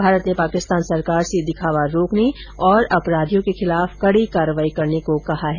भारत ने पाकिस्तान सरकार से दिखावा रोकने और अपराधियों के खिलाफ कड़ी कार्रवाई करने को कहा है